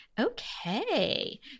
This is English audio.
Okay